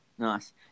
Nice